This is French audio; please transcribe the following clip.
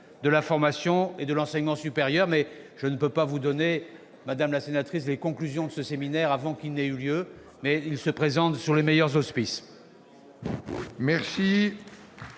de la formation et de l'enseignement supérieur. Si je ne peux pas vous donner, madame la sénatrice, les conclusions de ce séminaire avant qu'il n'ait eu lieu, je peux vous affirmer qu'il se présente sous les meilleurs auspices.